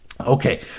okay